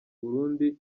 burundi